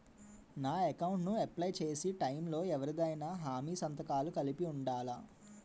నా అకౌంట్ ను అప్లై చేసి టైం లో ఎవరిదైనా హామీ సంతకాలు కలిపి ఉండలా?